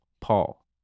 Paul